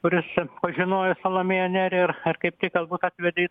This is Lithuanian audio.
kuris pažinojo salomėją nėrį ir kaip tik galbūt atvedė į